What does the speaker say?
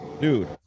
dude